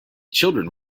children